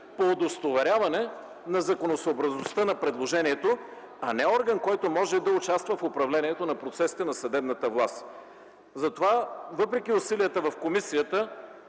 по удостоверяването на законосъобразността на предложението, а не орган, който може да участва в управлението на процесите в съдебната власт. Независимо от усилията в комисията